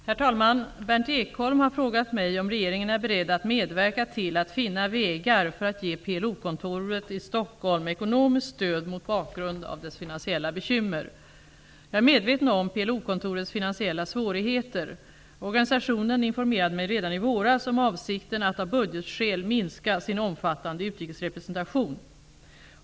Herr talman! Berndt Ekholm har frågat mig om regeringen är beredd att medverka till att finna vägar för att ge PLO-kontoret i Stockholm ekonomiskt stöd mot bakgrund av dess finansiella bekymmer. Jag är medveten om PLO-kontorets finansiella svårigheter. Organisationen informerade mig redan i våras om avsikten att av budgetskäl minska sin omfattande utrikesrepresentation.